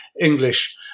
English